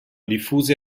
diffuse